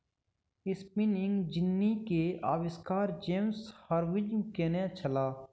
spinning jenny के आविष्कार James Hargreaves केने छला